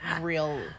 real